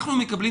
מבחינת